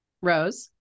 rose